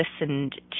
listened